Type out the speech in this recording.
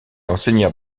enseigna